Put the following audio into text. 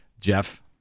Jeff